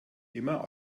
immer